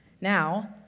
Now